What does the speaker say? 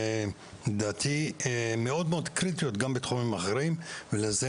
לדעתי מאוד מאוד קריטיות גם בתחומים אחרים ולזה